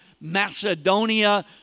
Macedonia